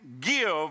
give